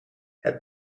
het